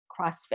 CrossFit